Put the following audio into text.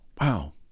wow